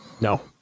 No